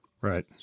Right